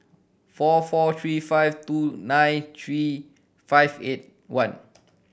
four four three five two nine three five eight one